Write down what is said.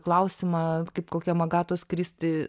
klausimą kaip kokiam agatos kristi